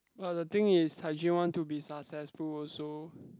but the thing is Cai-Jun want to be successful also